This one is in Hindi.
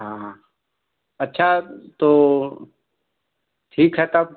हाँ अच्छा तो ठीक है तब